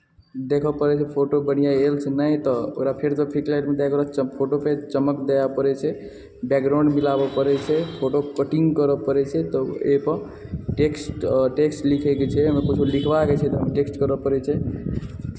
देखय पड़ै छै फोटो बढ़िआँ आयल नहि तऽ ओकरा फेरसँ फिट राइटमे दएके बाद चमकय फोटोके चमक दिअ पड़ै छै बैकग्राउण्ड मिलाबय पड़ै छै फोटोके कटिंग करय पड़ै छै तब एहिपर टेक्स्ट टेक्स्ट लिखयके छै हमरा किछो लिखबाके छै तऽ हमरा टेक्स्ट करय पड़ै छै